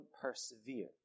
persevere